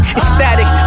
ecstatic